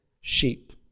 sheep